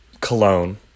Cologne